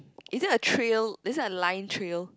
is there trail is there a line trail